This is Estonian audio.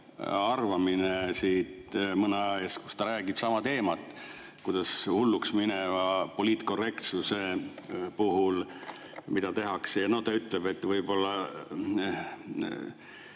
arvamine mõne aja eest, kus ta räägib samal teemal, mida hulluksmineva poliitkorrektsuse puhul tehakse. Ta ütleb, et võib-olla